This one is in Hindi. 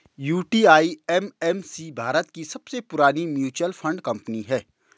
यू.टी.आई.ए.एम.सी भारत की सबसे पुरानी म्यूचुअल फंड कंपनी है